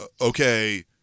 okay